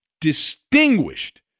distinguished